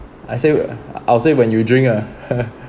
I said I'll say when you drink ah